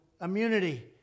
immunity